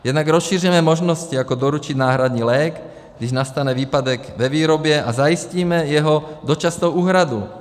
Jednak rozšířené možnosti, jako doručit náhradní lék, když nastane výpadek ve výrobě, a zajistíme jeho dočasnou úhradu.